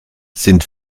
sind